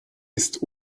ist